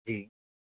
जी